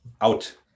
out